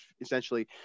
essentially